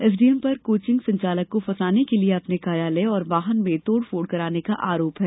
SDM पर coaching संचालक को फंसाने के लिए अपने कार्यालय और वाहन में तोड़फोड़ कराने का आरोप है